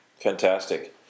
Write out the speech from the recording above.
Fantastic